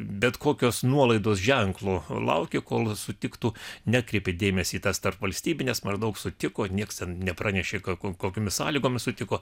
bet kokios nuolaidos ženklo laukė kol sutiktų neatkreipė dėmesį į tas tarpvalstybines maždaug sutiko nieks nepranešė kad kokiomis sąlygomis sutiko